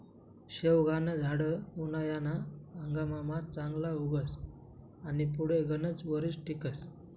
शेवगानं झाड उनायाना हंगाममा चांगलं उगस आनी पुढे गनच वरीस टिकस